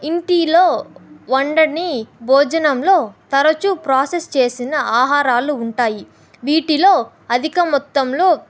ఇంటిలో వండని భోజనంలో తరచూ ప్రాసెస్ చేసిన ఆహారాలు ఉంటాయి వీటిలో అధిక మొత్తంలో